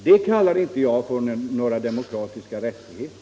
Det kallar inte jag för några demokratiska rättigheter!